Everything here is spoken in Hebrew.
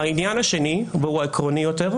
העניין השני והוא העקרוני יותר,